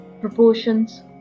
proportions